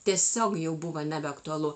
tiesiog jau buvo nebeaktualu